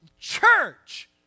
church